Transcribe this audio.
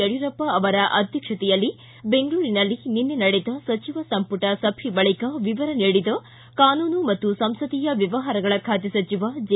ಯಡಿಯೂರಪ್ಪ ಅವರ ಅಧ್ಯಕ್ಷತೆಯಲ್ಲಿ ಬೆಂಗಳೂರಿನಲ್ಲಿ ನಿನ್ನೆ ನಡೆದ ಸಚಿವ ಸಂಪುಟ ಸಭೆಯ ಬಳಿಕ ವಿವರ ನೀಡಿದ ಕಾನೂನು ಮತ್ತು ಸಂಸದೀಯ ವ್ಯವಹಾರಗಳ ಖಾತೆ ಸಚಿವ ಜೆ